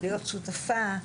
להיות שותפה,